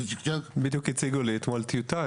הציגו לי אתמול טיוטה.